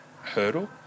hurdle